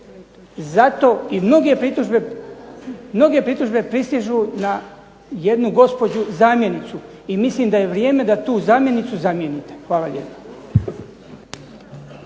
Zato i mnoge pritužbe pristižu na jednu gospođu zamjenicu. I mislim da je vrijeme da tu zamjenicu zamijenite. Hvala lijepa.